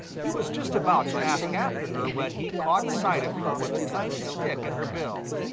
he was just about to ask after her when he caught sight of her with a tiny stick in her bill.